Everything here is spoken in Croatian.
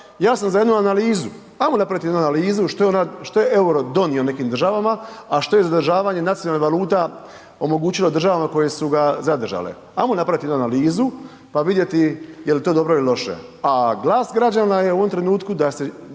ja sam za jednu analizu, ajmo napraviti jednu analizu što je EUR-o donio nekim državama, a što je zadržavanje nacionalnih valuta omogućilo državama koje su ga zadržale. Ajmo napravit jednu analizu pa vidjeti jel to dobro ili loše, a glas građana je u ovom trenutku da se,